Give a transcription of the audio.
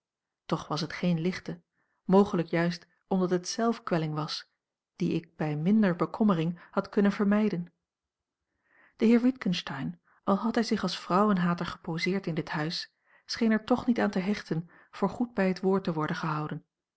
toch was het geene lichte mogelijk a l g bosboom-toussaint langs een omweg juist omdat het zelfkwelling was die ik bij minder bekommering had kunnen vermijden de heer witgensteyn al had hij zich als vrouwenhater geposeerd in dit huis scheen er toch niet aan te hechten voorgoed bij het woord te worden gehouden